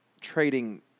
trading